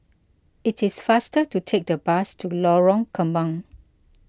it is faster to take the bus to Lorong Kembang